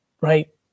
right